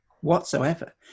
whatsoever